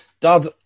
Dad